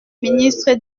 ministre